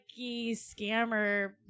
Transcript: scammer